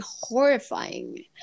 horrifying